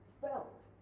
felt